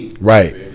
right